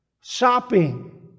shopping